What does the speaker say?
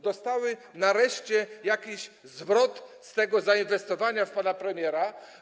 Dostały nareszcie jakiś zwrot z tego zainwestowania w pana premiera.